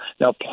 Now